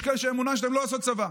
יש כאלה שהאמונה שלהם היא לא לעשות צבא.